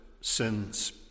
sins